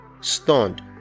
stunned